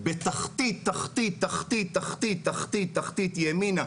בתחתית תחתית תחתית תחתית תחתית תחתית ימינה,